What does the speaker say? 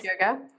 yoga